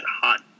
Hot